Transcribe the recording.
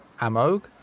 Amog